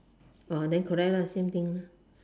then correct lah same thing lah